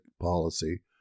Policy